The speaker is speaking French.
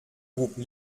groupe